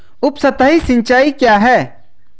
उपसतही सिंचाई क्या है?